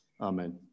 Amen